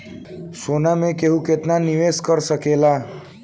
सोना मे केहू केतनो निवेस कर सकेले